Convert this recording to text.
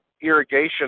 irrigation